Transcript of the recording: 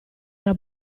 era